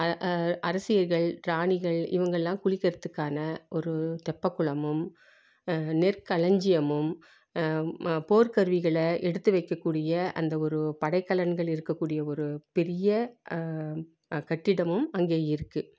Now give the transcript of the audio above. அரசிகள் ராணிகள் இவங்கெல்லாம் குளிக்கிறதுக்கான ஒரு தெப்பம் குளமும் நெற்களஞ்சியமும் போர்கருவிகளை எடுத்து வைக்கக்கூடிய அந்த ஒரு படைகலன்கள் இருக்கக்கூடிய ஒரு பெரிய கட்டிடமும் அங்கே இருக்குது